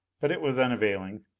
but it was unavailing.